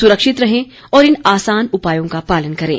सुरक्षित रहें और इन आसान उपायों का पालन करें